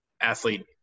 athlete